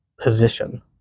position